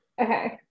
Okay